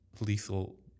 Lethal